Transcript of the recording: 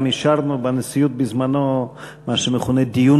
גם אישרנו בנשיאות בזמנו מה שמכונה דיון